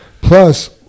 plus